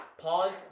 Pause